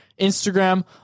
Instagram